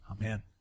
amen